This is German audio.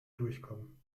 durchkommen